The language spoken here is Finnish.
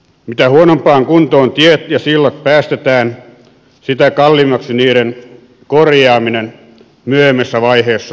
mitä huonompaan kuntoon tiet ja sillat päästetään sitä kalliimmaksi niiden korjaaminen myöhemmässä vaiheessa tulee